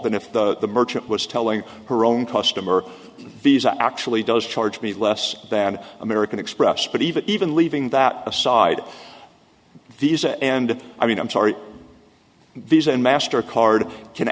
if the merchant was telling her own customers these actually does charge me less than american express but even even leaving that aside these and i mean i'm sorry these and master card can